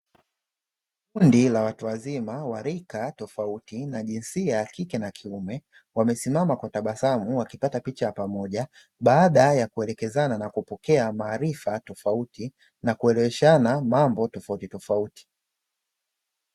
Kundi la watu wazima wa rika tofauti na jinsia ya kike na kiume, wamesimama kwa tabasamu wakipata picha ya pamoja, baada ya kuelekezana na kupokea maarifa tofauti na kuwezeshana mambo tofauti tofauti